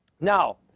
Now